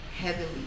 heavily